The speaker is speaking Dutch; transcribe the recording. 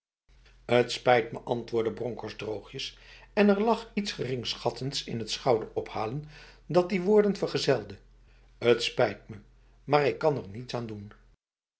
het spijt me antwoordde bronkhorst droogjes en er lag iets geringschattends in t schouderophalen dat die woorden vergezelde t spijt me maar ik kan er niets aan doenf